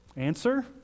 Answer